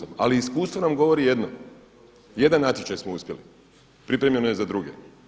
Ali iskustvo nam govori jedno, jedan natječaj smo uspjeli, pripremljeno je za druge.